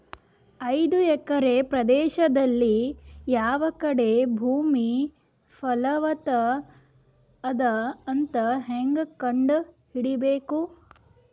ಐದು ಎಕರೆ ಪ್ರದೇಶದಲ್ಲಿ ಯಾವ ಕಡೆ ಭೂಮಿ ಫಲವತ ಅದ ಅಂತ ಹೇಂಗ ಕಂಡ ಹಿಡಿಯಬೇಕು?